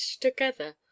together